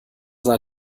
sah